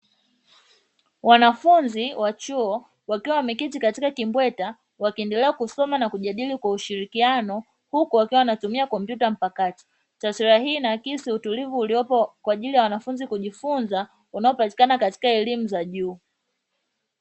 Wanafunzi wa chuo wakiwa wameketi katika kimbweta wakiendelea kusoma na kujadili kwa ushirikiano huku wakiwa wanatumia kompyuta mpakatao. Taswira hii inaakisi utulivu uliopo kwa ajili ya wanafunzi kujifunza unaopatikana katika elimu za juu.